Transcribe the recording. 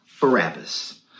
Barabbas